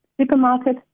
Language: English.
supermarket